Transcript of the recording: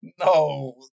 No